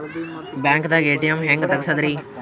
ಬ್ಯಾಂಕ್ದಾಗ ಎ.ಟಿ.ಎಂ ಹೆಂಗ್ ತಗಸದ್ರಿ?